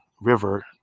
River